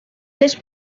les